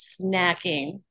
snacking